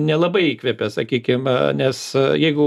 nelabai įkvepia sakykime nes jeigu